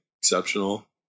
exceptional